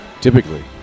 Typically